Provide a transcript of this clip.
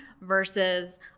versus